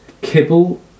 kibble